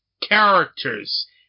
characters